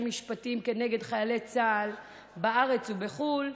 משפטיים כנגד חיילי צה"ל בארץ ובחו"ל,